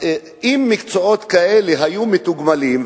אם מקצועות כאלה היו מתוגמלים,